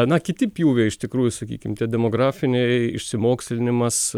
na kiti pjūviai iš tikrųjų sakykim ten demografiniai išsimokslinimas